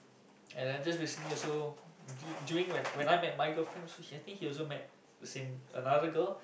and then just recently also du~ during when when I met my girlfriend also I think he also met the same another girl